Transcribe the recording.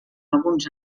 alguns